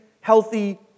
healthy